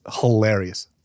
Hilarious